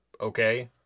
okay